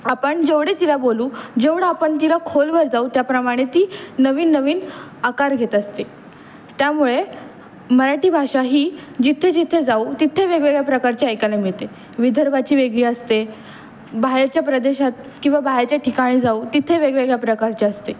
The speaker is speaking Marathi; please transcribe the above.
आपण जेवढे तिला बोलू जेवढं आपण तिला खोलवर जाऊ त्याप्रमाणे ती नवीननवीन आकार घेत असते त्यामुळे मराठी भाषा ही जिथे जिथे जाऊ तिथे वेगवेगळ्या प्रकारची ऐकायला मिळते विदर्भाची वेगळी असते बाहेरच्या प्रदेशात किंवा बाहेरच्या ठिकाणी जाऊ तिथे वेगवेगळ्या प्रकारची असते